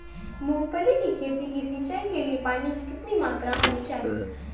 मूंगफली की खेती की सिंचाई के लिए पानी की कितनी मात्रा होनी चाहिए?